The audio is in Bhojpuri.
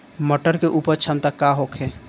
मटर के उपज क्षमता का होखे?